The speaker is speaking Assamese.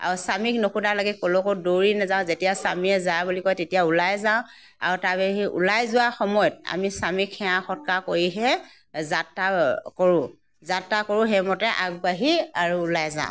আৰু স্বামীক নোসোধালৈকে ক'লৈকো দৌৰি নেযাওঁ যেতিয়া স্বামীয়ে যা বুলি কয় তেতিয়া ওলাই যাওঁ আৰু তাৰ বাহিৰে ওলাই যোৱা সময়ত আমি স্বামীক সেৱা সৎকাৰ কৰিহে যাত্ৰা কৰোঁ যাত্ৰা কৰোঁ সেইমতে আগবাঢ়ি আৰু ওলাই যাওঁ